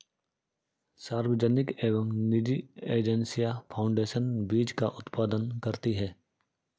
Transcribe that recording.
सार्वजनिक एवं निजी एजेंसियां फाउंडेशन बीज का उत्पादन करती है